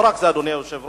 לא רק זה, אדוני היושב-ראש.